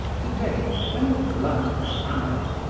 today, when the blood clamored,